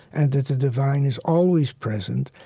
and that the divine is always present.